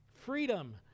Freedom